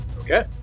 Okay